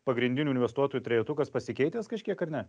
pagrindinių investuotojų trejetukas pasikeitęs kažkiek ar ne